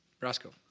Roscoe